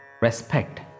respect